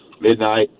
midnight